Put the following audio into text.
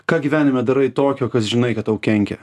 ką gyvenime darai tokio kas žinai kad tau kenkia